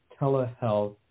telehealth